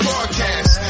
Podcast